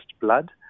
blood